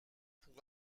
pour